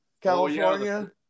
California